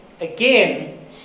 again